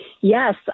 Yes